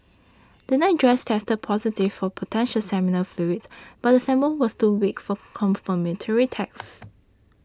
the nightdress tested positive for potential seminal fluids but the sample was too weak for confirmatory tests